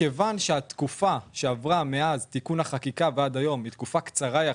מכיוון שהתקופה שעברה מאז תיקון החקיקה ועד היום היא תקופה קצרה יחסית,